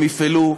הם יפעלו,